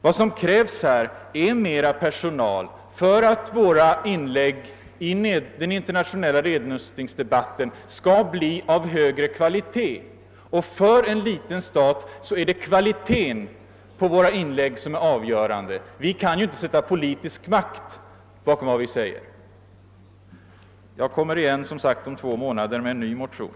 Vad som krävs här är mera personal för att våra inlägg i den internationella nedrustningsdebatten också i fortsättningen skall bli av hög kvalitet. För en liten stat är det kvaliteten på inläggen som är avgörande. Vi kan ju inte sätta politisk makt bakom vad vi säger. Herr talman! Jag kommer igen, som sagt, om två månader med en ny motion.